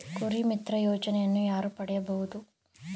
ಕುರಿಮಿತ್ರ ಯೋಜನೆಯನ್ನು ಯಾರು ಪಡೆಯಬಹುದು?